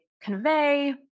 convey